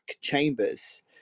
Chambers